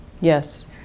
Yes